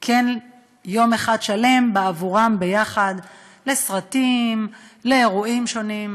יום אחד שלם בעבורם ביחד, לסרטים, לאירועים שונים.